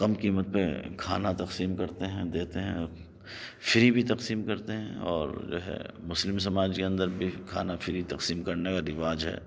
کم قیمت پہ کھانا تقسیم کرتے ہیں دیتے ہیں فری بھی تقسیم کرتے ہیں اور جو ہے مسلم سماج کے اندر بھی کھانا فری تقسیم کرنے کا رواج ہے